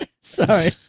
sorry